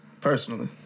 Personally